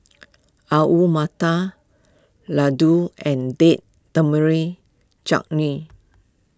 Alu Matar Ladoo and Date Tamarind Chutney